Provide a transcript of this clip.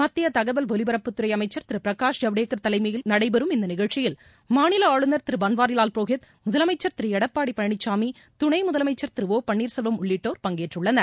மத்திய தகவல் ஒலிபரப்புத்துறை அமைச்சர் திரு பிரகாஷ் ஜவடேகர் தலைமையில் நடைபெறும் இந்த நிகழ்ச்சியில் மாநில ஆளுநர் திரு பன்வாரிலால் புரோஹித் முதலமைச்சர் திரு எடப்பாடி பழனிசாமி துணைமுதலமைச்சர் திரு ஒ பன்னீர்செல்வம் உள்ளிட்டோர் பங்கேற்றுள்னர்